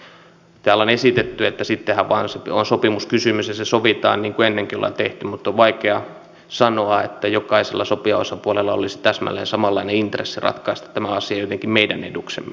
täällä on esitetty että sittenhän se on vain sopimuskysymys ja se sovitaan niin kuin on ennenkin tehty mutta vaikea sanoa että jokaisella sopijaosapuolella olisi täsmälleen samanlainen intressi ratkaista tämä asia jotenkin meidän eduksemme